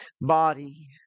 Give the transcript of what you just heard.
body